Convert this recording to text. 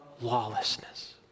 lawlessness